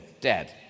Dead